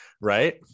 right